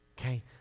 Okay